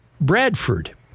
Bradford